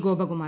Gopakumar